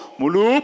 mulu